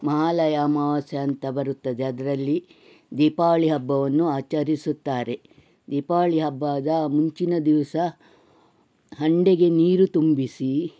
ಮಹಾಲಯ ಅಮಾವಾಸ್ಯೆ ಅಂತ ಬರುತ್ತದೆ ಅದರಲ್ಲಿ ದೀಪಾವಳಿ ಹಬ್ಬವನ್ನು ಆಚರಿಸುತ್ತಾರೆ ದೀಪಾವಳಿ ಹಬ್ಬದ ಮುಂಚಿನ ದಿವಸ ಹಂಡೆಗೆ ನೀರು ತುಂಬಿಸಿ